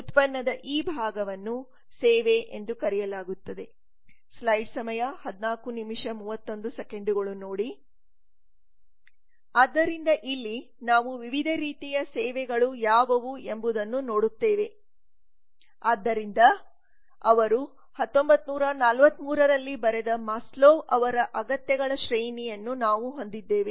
ಉತ್ಪನ್ನದ ಈ ಭಾಗವನ್ನು ಸೇವೆ ಎಂದು ಕರೆಯಲಾಗುತ್ತದೆ ಆದ್ದರಿಂದ ಇಲ್ಲಿ ನಾವು ವಿವಿಧ ರೀತಿಯ ಸೇವೆಗಳು ಯಾವುವು ಎಂಬುದನ್ನು ನೋಡುತ್ತೇವೆ ಆದ್ದರಿಂದ ಅವರು 1943 ರಲ್ಲಿ ಬರೆದ ಮಾಸ್ಲೋವ್ ಅವರ ಅಗತ್ಯಗಳ ಶ್ರೇಣಿಯನ್ನು ನಾವು ಹೊಂದಿದ್ದೇವೆ